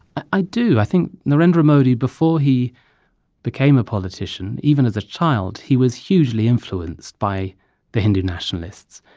i do. i think narendra modi, before he became a politician even as a child, he was hugely influenced by the hindu nationalists.